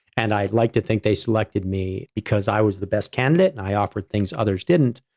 and i'd like to think they selected me because i was the best candidate and i offered things others didn't.